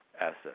assets